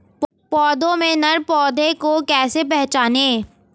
पौधों में नर पौधे को कैसे पहचानें?